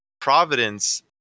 Providence –